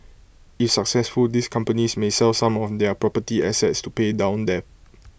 if successful these companies may sell some of their property assets to pay down debt